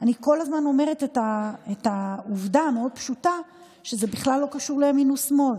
אני כל הזמן אומרת את העובדה המאוד-פשוטה שזה בכלל לא קשור לימין ושמאל,